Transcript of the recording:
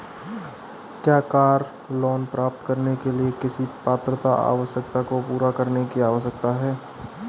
क्या car loan प्राप्त करने के लिए किसी पात्रता आवश्यकता को पूरा करने की आवश्यकता है?